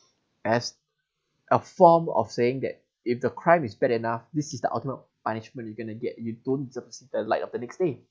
as a form of saying that if the crime is bad enough this is the ultimate punishment you are going to get you don't deserve to see the light of the next day